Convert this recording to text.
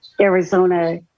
Arizona